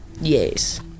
Yes